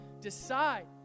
decide